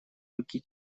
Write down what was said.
руки